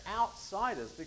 outsiders